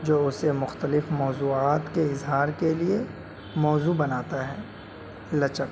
جو اسے مختلف موضوعات کے اظہار کے لیے موزوں بناتا ہے لچک